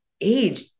age